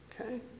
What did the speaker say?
Okay